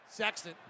Sexton